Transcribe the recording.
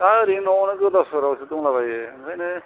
दा ओरैनो न' आवनो गोदाव सोराव सो दंलाबायो ओंखायनो